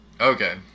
Okay